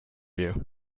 you